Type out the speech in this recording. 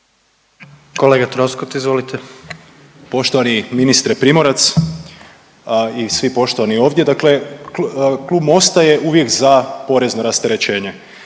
**Troskot, Zvonimir (MOST)** Poštovani ministre Primorac i svi poštovani ovdje, dakle Klub Mosta je uvijek za porezno rasterećenje.